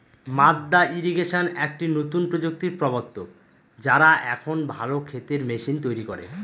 মাদ্দা ইরিগেশন একটি নতুন প্রযুক্তির প্রবর্তক, যারা এখন ভালো ক্ষেতের মেশিন তৈরী করে